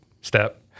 step